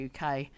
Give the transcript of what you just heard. UK